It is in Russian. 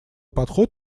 подход